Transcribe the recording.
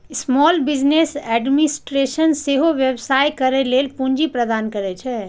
small business administration सेहो व्यवसाय करै लेल पूंजी प्रदान करै छै